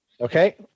Okay